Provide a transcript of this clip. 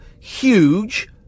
huge